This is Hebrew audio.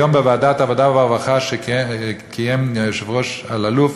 היום בישיבת ועדת העבודה והרווחה שקיים היושב-ראש אלאלוף